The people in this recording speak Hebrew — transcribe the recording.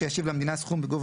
יש לוחות